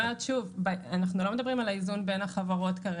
שוב, אנחנו לא מדברים על האיזון בין החברות כרגע.